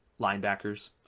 linebackers